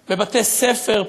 בבתי-ספר,